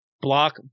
block